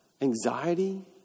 Anxiety